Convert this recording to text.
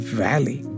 valley